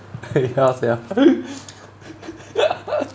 ya sia